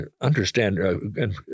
understand